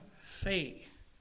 faith